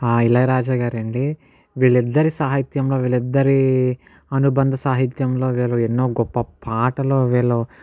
ఆ ఇళయరాజా గారండి వీళ్ళిద్దరి సాహిత్యంలో వీళ్ళిద్దరి అనుబంధ సాహిత్యంలోగల ఎన్నో గొప్ప పాటలు వీళ్ళు